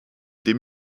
dem